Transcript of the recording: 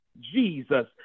Jesus